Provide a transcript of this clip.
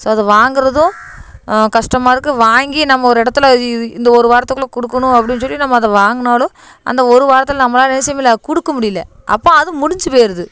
so அதை வாங்குறதும் கஸ்டமருக்கு வாங்கி நம்ம ஒரு இடத்துல இது இது இந்த ஒரு வாரத்துக்குள்ளே கொடுக்கணும் அப்படின்னு சொல்லி நம்ப அதை வாங்கினாலும் அந்த ஒரு வாரத்தில் நம்மளால் என்ன செய்ய முடியல கொடுக்க முடியல அப்போ அது முடிஞ்சுப் போயிருது